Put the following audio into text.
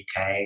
UK